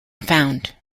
found